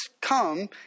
come